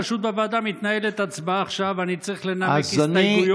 פשוט בוועדה מתנהלת הצבעה עכשיו ואני צריך לנמק הסתייגויות.